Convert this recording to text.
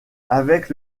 avec